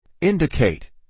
Indicate